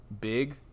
big